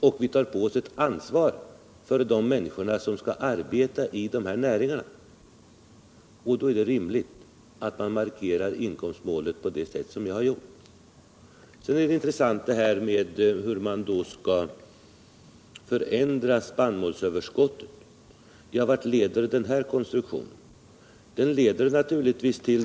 Vi tar därmed på oss ett ansvar för de människor som skall arbeta i överskottsnäringarna. Då är det rimligt att man markerar inkomstmålet på det sätt som jag har gjort. Det är också intressant att följa tankegången om hur spannmålsöverskottet skall disponeras. Vart leder den konstruktion som man anvisar?